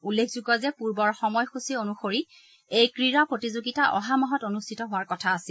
উল্লেখযোগ্য যে পূৰ্বৰ সময়সূচী অনুসৰি এই ক্ৰীড়া প্ৰতিযোগিতা অহা মাহত অনুষ্ঠিত হোৱাৰ কথা আছিল